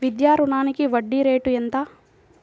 విద్యా రుణానికి వడ్డీ రేటు ఎంత?